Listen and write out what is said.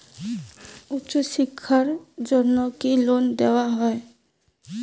উচ্চশিক্ষার জন্য কি লোন দেওয়া হয়?